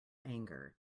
anger